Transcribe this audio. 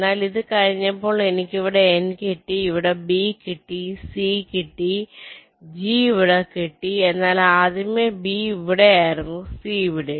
എന്നാൽ ഇത് കഴിഞ്ഞപ്പോൾ എനിക്കിവിടെ n കിട്ടി ഇവിടെ b കിട്ടി c ഇവിടെ കിട്ടി g ഇവിടെ കിട്ടിഎന്നാൽ ആദ്യമേ b ഇവിടെ ആയിരുന്നുc ഇവിടെയും